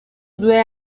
due